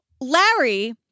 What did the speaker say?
Larry